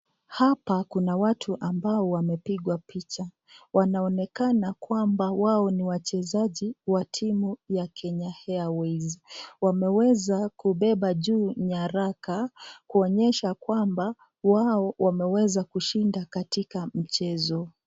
Hapa kuna watu ambao wamepigwa picha, wanaonekana kwamba wao ni wachezaji ya timu ya Kenya Airways. Wameweza kubeba juu nyaraka, kuonyesha kwamba wao wameweza kushinda katika mchezo .